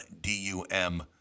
D-U-M